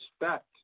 respect